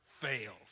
fails